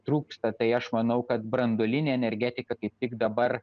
trūksta tai aš manau kad branduolinė energetika kaip tik dabar